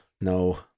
no